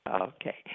Okay